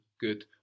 Good